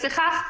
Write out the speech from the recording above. לפיכך,